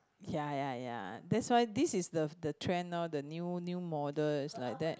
ya ya ya that's why this is the the trend now the new new model is like that